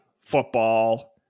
football